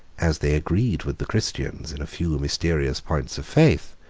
as they agreed with the christians in a few mysterious points of faith,